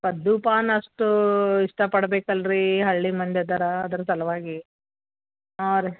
ಪದ್ದೂ ಪಾನ್ ಅಷ್ಟು ಇಷ್ಟ ಪಡ್ಬೇಕಲ್ಲ ರೀ ಹಳ್ಳಿ ಮಂದಿ ಅದಾರಾ ಅದ್ರ ಸಲುವಾಗಿ ಹಾಂ ರೀ